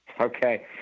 Okay